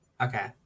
Okay